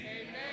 Amen